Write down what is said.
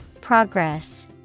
progress